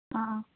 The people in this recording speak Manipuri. ꯑ ꯑ